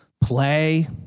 play